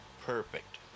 perfect